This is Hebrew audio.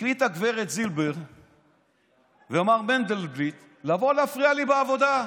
החליטו גב' זילבר ומר מנדלבליט לבוא ולהפריע לי בעבודה.